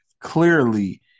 Clearly